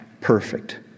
perfect